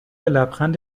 لبخند